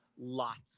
lots